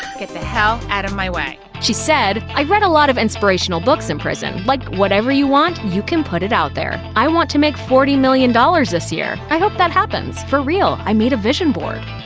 get the hell outta and my way she said, i read a lot of inspirational books in prison, like whatever you want, you can put it out there. i want to make forty million dollars this year. i hope that happens, for real, i made a vision board.